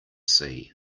sea